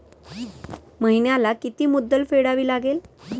महिन्याला किती मुद्दल फेडावी लागेल?